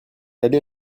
allée